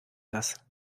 das